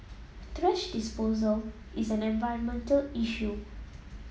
trash disposal is an environmental issue